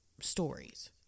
stories